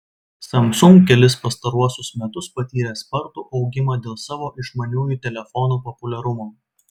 samsung kelis pastaruosius metus patyrė spartų augimą dėl savo išmaniųjų telefonų populiarumo